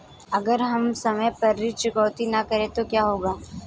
अगर हम समय पर ऋण चुकौती न करें तो क्या होगा?